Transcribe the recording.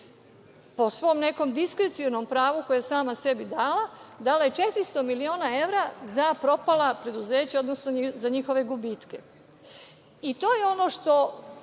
po svom nekom diskrecionom pravu koje je sama sebi dala, dala je 400 miliona evra za propala preduzeća, odnosno za njihove gubitke. To je ono što